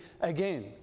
again